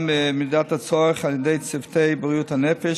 במידת הצורך על ידי צוותי בריאות הנפש,